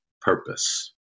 purpose